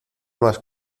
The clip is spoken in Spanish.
más